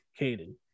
caden